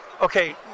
Okay